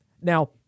Now